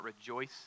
rejoice